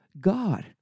God